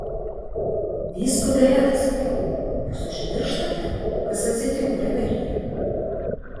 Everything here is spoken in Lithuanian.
vyskupe hercoge jūs užmirštate kas atsitiko revelyje